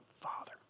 father